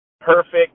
perfect